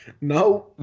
now